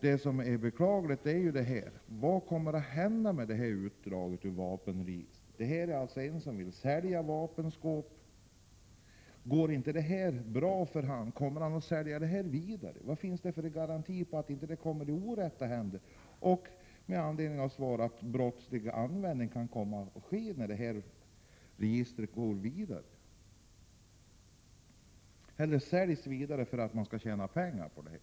Det som är beklagligt är vad som kan komma att hända med detta utdrag ur vapenregistret. Det handlar alltså om en person som vill sälja vapenskåp. Frågan är vad som kan hända om dennes verksamhet inte går bra. Kommer han då att sälja utdraget vidare? Vad finns det för garantier för att detta inte kommer i orätta händer och — med anledning av vad som sägs i svaret — att brottslig användning kan komma att ske när detta register lämnas vidare eller säljs vidare? Det kan ju hända att man skulle vilja tjäna pengar på detta.